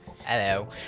hello